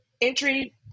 entry